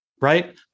Right